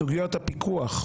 סוגיות הפיקוח,